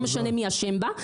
ולא משנה מי אשם בה,